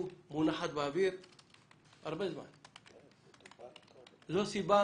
הצעת החוק הזו מונחת באוויר הרבה זמן וזו הסיבה